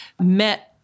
met